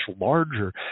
larger